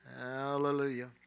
Hallelujah